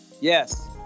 yes